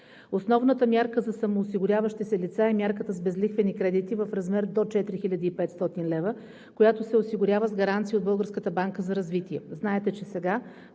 Основната мярка за самоосигуряващи се лица е мярката с безлихвени кредити в размер до 4500 лв., която се осигурява с гаранция от Българската